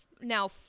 Now